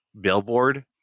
billboard